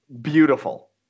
Beautiful